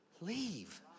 leave